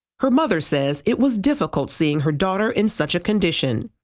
her mother says it was difficult seeing her daughter in such a condition.